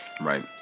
Right